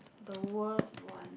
the worst one